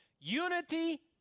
Unity